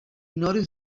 noticed